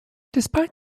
despite